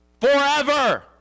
Forever